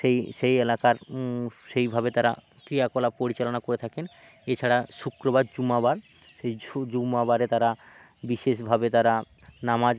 সেই সেই এলাকার সেইভাবে তারা ক্রিয়াকলাপ পরিচালনা করে থাকেন এছাড়া শুক্রবার জুম্মাবার সেই ঝু জুম্মাবারে তারা বিশেষভাবে তারা নামাজ